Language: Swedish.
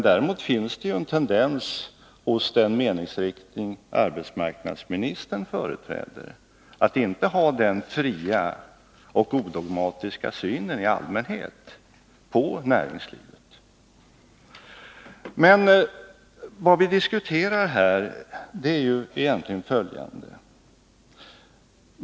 Däremot finns det ju en tendens inom det parti som arbetsmarknadsministern företräder att inte i allmänhet ha denna fria och odogmatiska syn på näringslivet. Vad vi diskuterar här är ju egentligen följande.